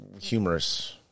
humorous